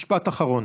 משפט אחרון.